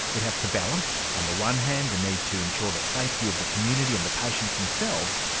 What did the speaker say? it has to balance, on the one hand, the need to ensure the safety of the community and the patients themselves,